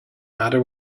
matter